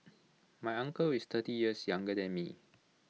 my uncle is thirty years younger than me